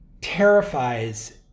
terrifies